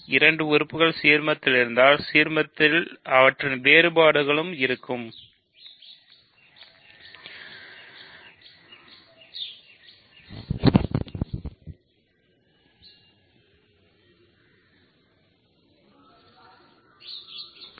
இரண்டு உறுப்புகள் சீர்மத்தில் இருந்தால்அவற்றின் வேறுபாடுகள் சீர்மத்தில் இருக்கும்